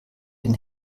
den